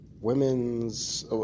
Women's